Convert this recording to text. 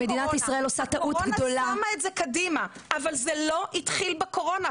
הקורונה שמה את זה קדימה אבל זה לא התחיל בקורונה.